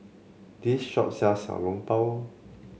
this shop sells Xiao Long Bao